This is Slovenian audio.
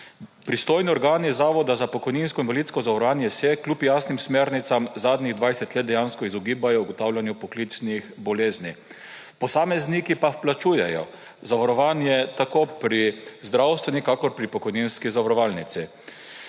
Pristojni organi Zavoda za pokojninsko in invalidsko zavarovanje se kljub jasnim smernicam zadnjih 20 let dejansko izogibajo ugotavljanju poklicnih bolezni, posamezniki pa vplačujejo zavarovanje tako pri zdravstveni kakor pri pokojninski zavarovalnici.«